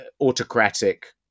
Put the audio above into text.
autocratic